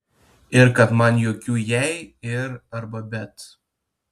ir kad man jokių jei ir arba bet